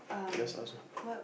just ask